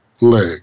leg